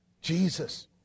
Jesus